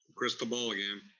crystal ball yeah um